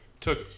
took